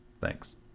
Thanks